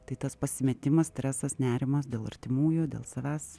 tai tas pasimetimas stresas nerimas dėl artimųjų dėl savęs